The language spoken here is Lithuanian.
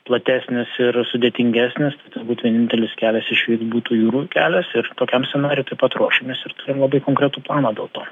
platesnis ir sudėtingesnis turbūt vienintelis kelias išvykt būtų jūrų kelias ir tokiam scenarijui taip pat ruošiamės ir labai konkretų planą dėl to